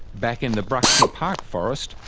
back in the bruxner park forest,